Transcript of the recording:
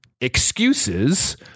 excuses